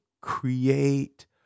create